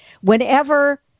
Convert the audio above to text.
Whenever